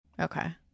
Okay